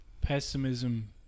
pessimism